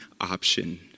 option